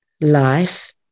life